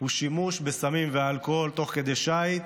הוא שימוש בסמים ואלכוהול תוך כדי שיט.